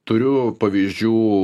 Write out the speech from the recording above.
turiu pavyzdžių